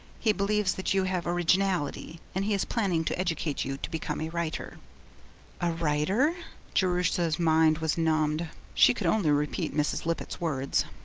he believes that you have originality, and he is planning to educate you to become a writer a writer jerusha's mind was numbed. she could only repeat mrs. lippett's words.